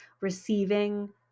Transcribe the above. receiving